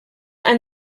ein